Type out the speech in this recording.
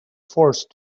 forced